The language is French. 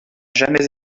jamais